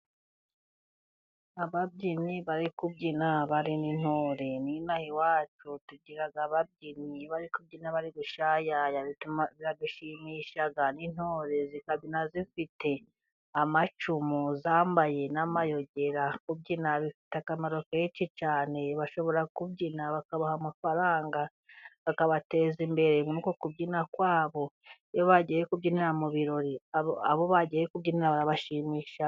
Ababyinnyi bari kubyina barire n'intore, ninaha iwacu tugira ababyinnyi, iyo bari kubyina bari gushayaya biradushimisha, n'intore zi kabyina, zifite amacumu zambaye n'amayugi, kubyina bifite akamaro kenshi cyane, bashobora kubyina bakabaha, amafaranga bakabateza imbere, muruko kubyina kwabo, iyo bagiye kubyinira mu birori, abo bagiye kubyinira barabashimisha.